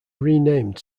renamed